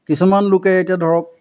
কিছুমান লোকে এতিয়া ধৰক